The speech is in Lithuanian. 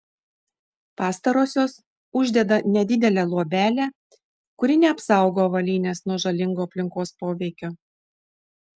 pastarosios uždeda nedidelę luobelę kuri neapsaugo avalynės nuo žalingo aplinkos poveikio